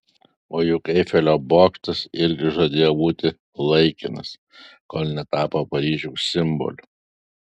o juk eifelio bokštas irgi žadėjo būti laikinas kol netapo paryžiaus simboliu